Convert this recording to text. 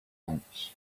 heights